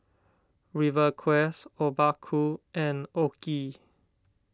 Rivercrest Obaku and Oki